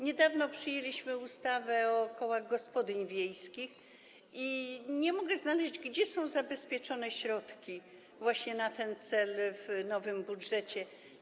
Niedawno przyjęliśmy ustawę o kołach gospodyń wiejskich i nie mogę znaleźć tego, gdzie są zabezpieczone środki na ten cel w nowym budżecie.